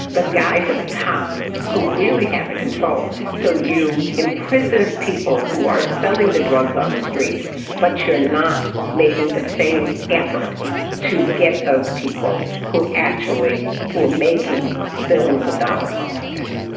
the guys at the top who really had the control. so you imprison imprison people who are selling the drugs on the streets but you're not making the same effort to get those people who actually were making billions of dollars off of it.